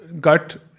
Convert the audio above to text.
gut